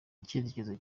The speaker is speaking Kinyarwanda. icyerekezo